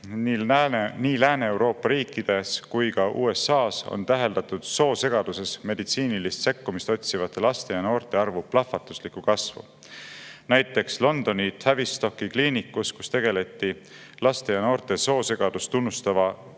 Nii Lääne-Euroopa riikides kui ka USA-s on täheldatud soosegaduses meditsiinilist sekkumist otsivate laste ja noorte arvu plahvatusliku kasvu. Näiteks Londoni Tavistocki kliinikus, kus tegeleti laste ja noorte soosegadust tunnustava "raviga",